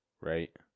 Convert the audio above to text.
right